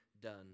done